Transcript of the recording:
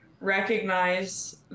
recognize